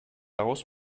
daraus